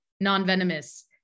non-venomous